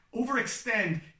Overextend